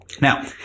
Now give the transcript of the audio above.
Now